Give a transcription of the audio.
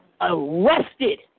arrested